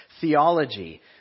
theology